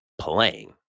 playing